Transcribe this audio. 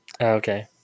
Okay